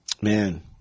Man